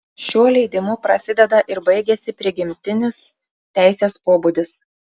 šiuo leidimu prasideda ir baigiasi prigimtinis teisės pobūdis